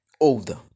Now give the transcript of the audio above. older